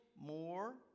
more